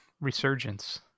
resurgence